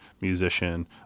musician